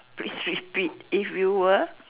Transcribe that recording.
please repeat if you were